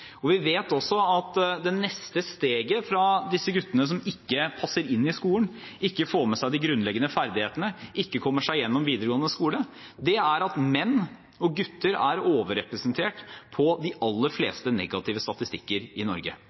Vi vet også hva det neste steget blir av at disse guttene ikke passer inn i skolen, ikke får med seg de grunnleggende ferdighetene, eller ikke kommer seg igjennom videregående skole. Det er at menn og gutter er overrepresentert på de aller fleste negative statistikker i Norge.